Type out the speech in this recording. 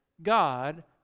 god